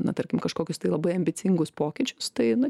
na tarkim kažkokius tai labai ambicingus pokyčius tai na